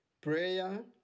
Prayer